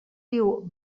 diu